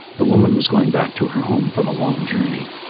the woman was going back to her home from a long journey,